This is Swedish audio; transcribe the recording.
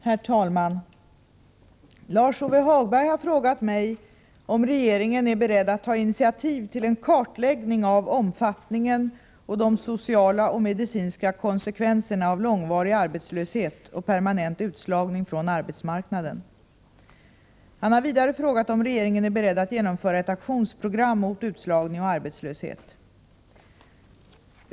Herr talman! Lars-Ove Hagberg har frågat mig om regeringen är beredd att ta initiativ till en kartläggning av omfattningen och de sociala och medicinska konsekvenserna av långvarig arbetslöshet och permanent utslagning från arbetsmarknaden. Han har vidare frågat om regeringen är beredd att genomföra ett aktionsprogram mot utslagning och arbetslöshet.